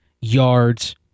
yards